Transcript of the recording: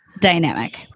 dynamic